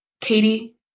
Katie